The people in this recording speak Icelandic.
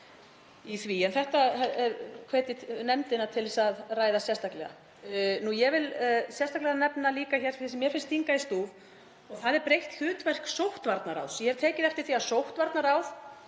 þetta hvet ég nefndina til að ræða. Ég vil sérstaklega nefna það sem mér finnst stinga í stúf og það er breytt hlutverk sóttvarnaráðs. Ég hef tekið eftir því að sóttvarnaráð